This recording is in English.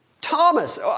Thomas